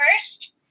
first